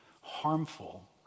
harmful